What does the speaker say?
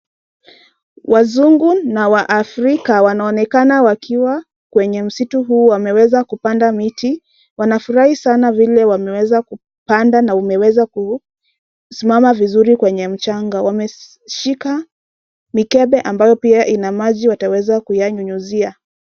Wazungu na waafrika wanaonekana wakiwa kwenye msitu huu wameweza kupanda miti. Wanafurahi sana vile wameweza kupanda na umeweza kusimama vizuri kwenye mchanga. Wameshika mikebe ambayo pia ina maji wataweza kuyanyunyizia.